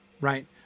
right